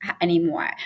anymore